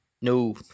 No